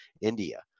India